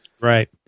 Right